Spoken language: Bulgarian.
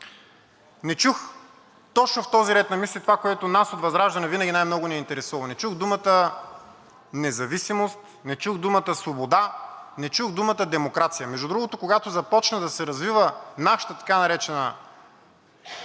Не чух точно в този ред на мисли това, което нас от ВЪЗРАЖДАНЕ винаги най-много ни е интересувало. Не чух думата независимост, не чух думата свобода, не чух думата демокрация. Между другото, когато започна да се развива нашата така наречена демокрация